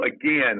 again